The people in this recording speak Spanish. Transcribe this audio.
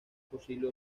posible